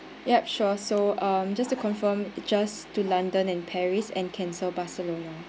yup sure so um just to confirm just to london and paris and cancel barcelona